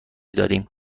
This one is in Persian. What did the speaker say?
داریم